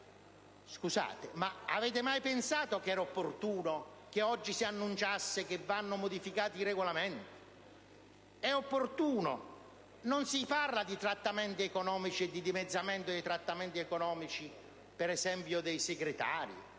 esempio, avete mai pensato che era opportuno che oggi si annunciasse che vanno modificati i Regolamenti? Non si parla di trattamenti economici e di dimezzamento dei trattamenti economici, per esempio, dei Segretari,